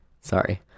sorry